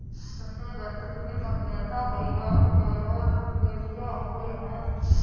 Sanjay Dutt film अभिनेता कई बार पैरोल से रिहा हुए हैं